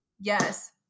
Yes